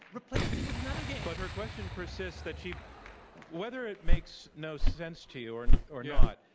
replace it with another game. but her question persists that she whether it makes no sense to you or and or not